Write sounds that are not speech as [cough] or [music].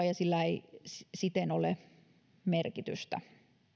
[unintelligible] ja sillä ei siten ole merkitystä